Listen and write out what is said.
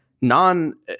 non